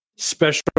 Special